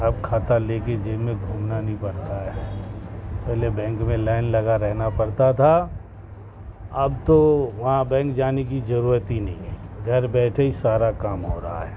اب کھاتا لے کے جیب میں گھومنا نہیں پڑ رہا ہے پہلے بینک میں لائن لگا رہنا پڑتا تھا اب تو وہاں بینک جانے کی جرورت ہی نہیں ہے گھر بیٹھے ہی سارا کام ہو رہا ہے